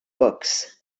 books